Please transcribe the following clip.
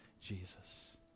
Jesus